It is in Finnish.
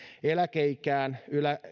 eläkeikään